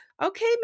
Okay